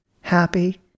happy